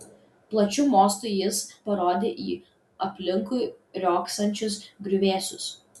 plačiu mostu jis parodė į aplinkui riogsančius griuvėsius